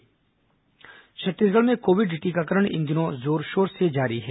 corona टीकाकरण छत्तीसगढ़ में Covid टीकाकरण इन दिनों जोरशोर से जारी है